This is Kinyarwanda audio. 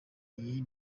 iyi